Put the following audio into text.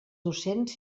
docents